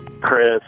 Chris